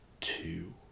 two